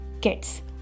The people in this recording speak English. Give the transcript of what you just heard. kids